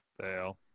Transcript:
Fail